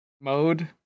mode